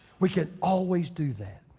we could always do that.